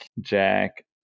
Jack